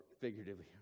figuratively